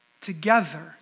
together